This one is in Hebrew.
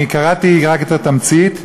קראתי רק את התמצית.